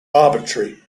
arbitrary